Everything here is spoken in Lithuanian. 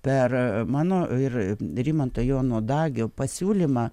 per mano ir rimanto jono dagio pasiūlymą